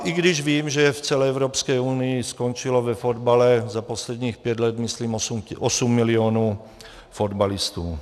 I když vím, že v celé Evropské unii skončilo ve fotbale za posledních pět let myslím osm milionů fotbalistů.